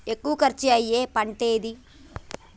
ఎక్కువ ఖర్చు అయ్యే పంటేది?